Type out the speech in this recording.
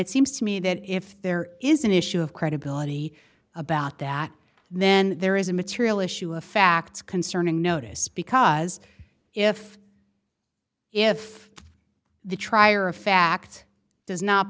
it seems to me that if there is an issue of credibility about that then there is a material issue of facts concerning notice because if if the trier of fact does not